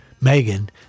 Megan